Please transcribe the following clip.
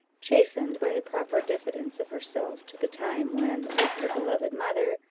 chastened by a proper diffidence of herself, to the time when, with her beloved mother,